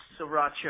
sriracha